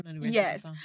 Yes